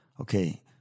Okay